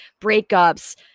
breakups